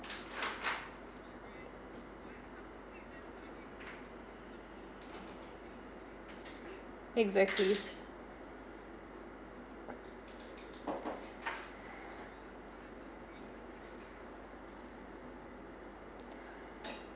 exactly